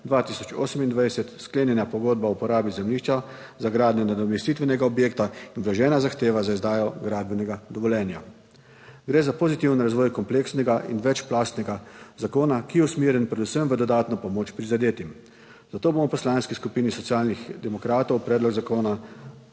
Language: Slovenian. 2028 sklenjena pogodba o uporabi zemljišča za gradnjo nadomestitvenega objekta in vložena zahteva za izdajo gradbenega dovoljenja. Gre za pozitiven razvoj kompleksnega in večplastnega zakona, ki je usmerjen predvsem v dodatno pomoč prizadetim. Zato bomo v Poslanski skupini Socialnih demokratov predlog zakona